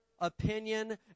opinion